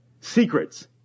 secrets